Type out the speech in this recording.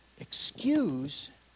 excuse